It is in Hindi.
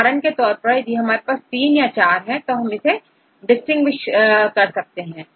उदाहरण के तौर पर यदि हमारे पास तीन या चार है तो हम इन्हें डिस्टिंग्विश कर सकते हैं